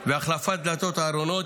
והחלפת דלתות הארונות,